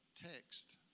text